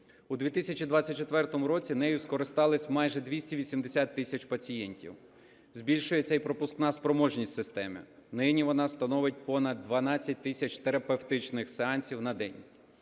У 2024 році нею скористалися майже 280 тисяч пацієнтів. Збільшується і пропускна спроможність системи. Нині вона становить понад 12 тисяч терапевтичних сеансів на день.